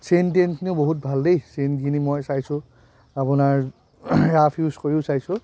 chain তেইনখিনিও বহুত ভাল দেই চেইনখিনি মই চাইছোঁ আপোনাৰ ৰাফ ইউজ কৰিও চাইছোঁ